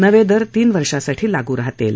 नवे दर तीन वर्षांसाठी लागू राहतील